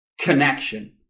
Connection